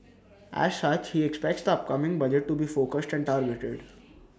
as such he expects the upcoming budget to be focused and targeted